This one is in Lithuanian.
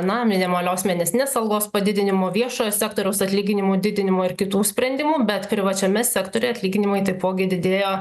na minimalios mėnesinės algos padidinimo viešojo sektoriaus atlyginimų didinimo ir kitų sprendimų bet privačiame sektoriuje atlyginimai taipogi didėjo